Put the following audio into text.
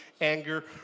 anger